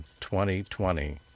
2020